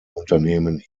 unternehmen